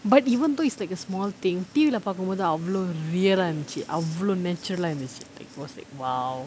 but even though it's like a small thing T_V lah பாக்கும்போது அவ்ளோ:paakkumpothu avlo real ah இருந்துச்சு அவ்ளோ:irunthuchu avlo natural ah இருந்துச்சு:irunthuchu it was like !wow!